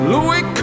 Louis